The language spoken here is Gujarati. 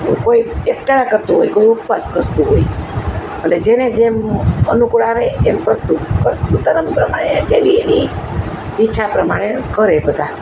કોઈ એકટાણાં કરતું હોય કોઈ ઉપવાસ કરતું હોય અને જેને જેમ અનુકૂળ આવે એમ કરતું પરંતુ ધરમ પ્રમાણે જેવી એની ઈચ્છા પ્રમાણે કરે બધા